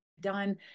done